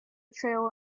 trail